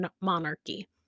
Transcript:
monarchy